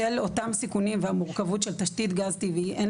בשל אותם סיכונים והמורכבות של תשתית גז טבעי אין